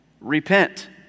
repent